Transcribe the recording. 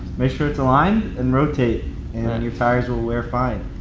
make sure it's aligned and rotate, and your tires will wear fine.